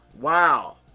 wow